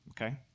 okay